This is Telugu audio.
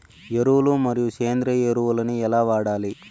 ఎరువులు మరియు సేంద్రియ ఎరువులని ఎలా వాడాలి?